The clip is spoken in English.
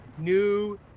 New